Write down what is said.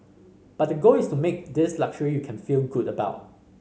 but the goal is to make this luxury you can feel good about